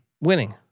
Winning